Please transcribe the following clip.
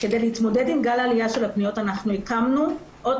כדי להתמודד עם גל העלייה של הפניות אנחנו הקמנו עוד